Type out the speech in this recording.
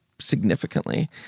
significantly